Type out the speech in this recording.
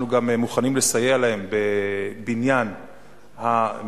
אנחנו גם מוכנים לסייע להם בבניין המדינה,